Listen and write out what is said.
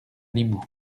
limoux